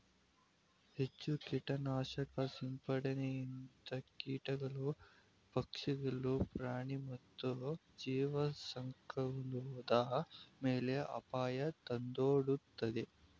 ಹೆಚ್ಚು ಕೀಟನಾಶಕ ಸಿಂಪಡಣೆಯಿಂದ ಕೀಟಗಳು, ಪಕ್ಷಿಗಳು, ಪ್ರಾಣಿ ಮತ್ತು ಜೀವಸಂಕುಲದ ಮೇಲೆ ಅಪಾಯ ತಂದೊಡ್ಡುತ್ತದೆ